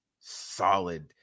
solid